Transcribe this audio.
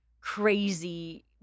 crazy